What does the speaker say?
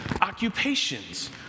occupations